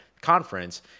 conference